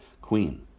queen